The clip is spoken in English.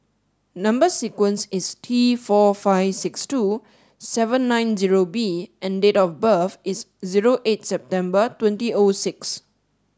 number sequence is T four five six two seven nine zero B and date of birth is zero eight September twenty O six